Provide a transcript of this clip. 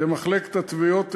ומחלקת התביעות,